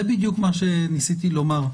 זה בדיוק מה שניסיתי לומר.